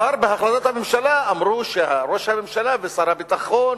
כבר בהחלטת הממשלה אמרו שראש הממשלה ושר הביטחון